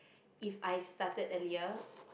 if I started earlier